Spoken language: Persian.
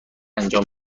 انجام